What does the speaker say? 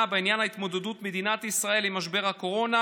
בעניין התמודדות מדינת ישראל עם משבר הקורונה,